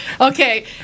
okay